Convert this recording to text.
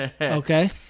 Okay